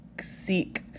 seek